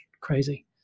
crazy